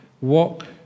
walk